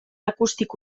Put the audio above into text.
acústic